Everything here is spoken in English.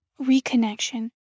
reconnection